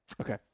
Okay